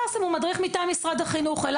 מדריך מטעם משרד החינוך של אלקסום.